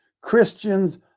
Christians